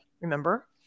remember